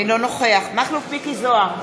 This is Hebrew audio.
אינו נוכח מכלוף מיקי זוהר,